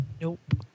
Nope